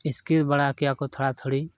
ᱤᱥᱠᱤᱨ ᱵᱟᱲᱟ ᱠᱮᱭᱟ ᱠᱚ ᱛᱷᱚᱲᱟ ᱛᱷᱩᱲᱤ